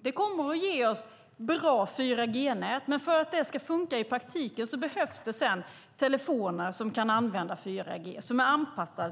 Det kommer att ge oss bra 4G-nät. För att det sedan ska funka i praktiken behövs det dock telefoner, surfplattor och modem som kan använda 4G och är anpassade